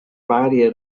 varie